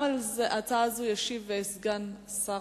שמספרה 905. גם על הצעה זו ישיב סגן שר